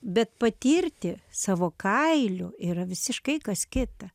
bet patirti savo kailiu yra visiškai kas kita